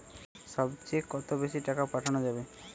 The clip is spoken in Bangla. সব চেয়ে কত বেশি টাকা পাঠানো যাবে?